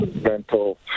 mental